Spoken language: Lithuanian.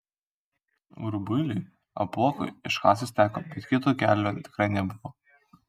rubuiliui apuokui iš klasės teko bet kito kelio tikrai nebuvo